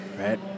right